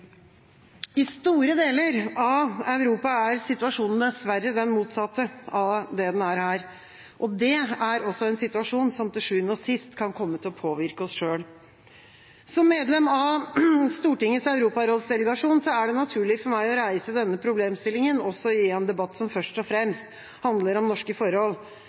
I store deler av Europa er situasjonen dessverre den motsatte av det den er her. Det er også en situasjon som til sjuende og sist kan komme til å påvirke oss selv. Som medlem av Stortingets europarådsdelegasjon er det naturlig for meg å reise denne problemstillinga, også i en debatt som først og fremst handler om norske forhold.